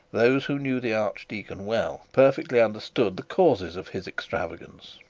those who knew the archdeacon well, perfectly understood the cause of his extravagance.